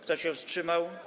Kto się wstrzymał?